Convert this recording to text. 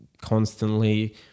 constantly